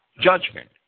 judgment